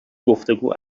گفتگو